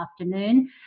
afternoon